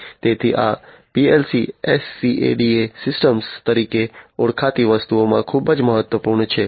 તેથી આ PLC SCADA systems તરીકે ઓળખાતી વસ્તુમાં ખૂબ જ મહત્વપૂર્ણ છે